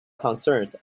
concerns